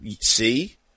See